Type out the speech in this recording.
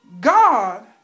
God